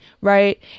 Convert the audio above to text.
Right